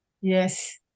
Yes